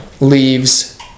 leaves